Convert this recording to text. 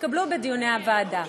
התקבלו בדיוני הוועדה.